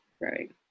Right